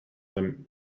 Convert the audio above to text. them